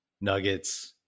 Nuggets